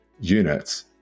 units